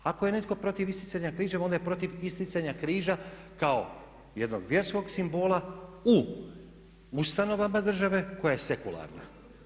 Ako je netko protiv isticanja križeva onda je protiv isticanja križa kao jednog vjerskog simbola u ustanovama države koja je sekularna.